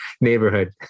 neighborhood